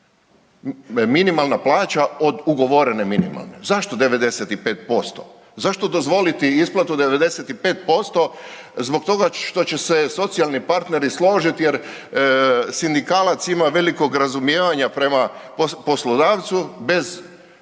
minimalna plaća od ugovorene minimalne plaće. Zašto 95%? Zašto dozvoliti isplatu 95% zbog toga što će se socijalni partneri složiti jer sindikalac ima velikog razumijevanja prema poslodavcu bez,